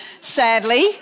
sadly